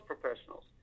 professionals